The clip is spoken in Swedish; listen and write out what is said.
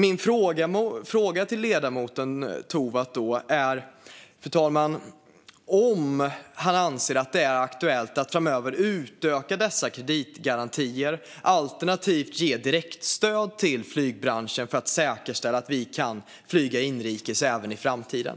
Min fråga till ledamoten Tovatt, fru talman, är om han anser att det är aktuellt att framöver utöka dessa kreditgarantier alternativt ge direktstöd till flygbranschen för att säkerställa att vi kan flyga inrikes även i framtiden.